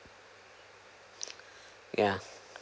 yeah